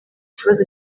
ikibazo